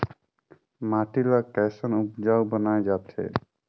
माटी ला कैसन उपजाऊ बनाय जाथे?